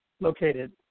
located